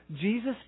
Jesus